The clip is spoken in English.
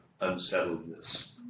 unsettledness